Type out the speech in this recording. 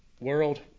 world